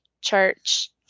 church